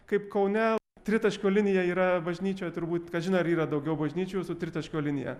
kaip kaune tritaškio linija yra bažnyčioj turbūt kažin ar yra daugiau bažnyčių su tritaškio linija